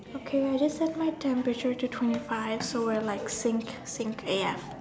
okay I just set my temperature to twenty five so we're like sync sync a F